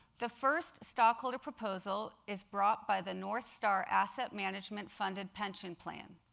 the first stockholder proposal is brought by the northstar asset management funded pension plan.